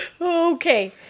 Okay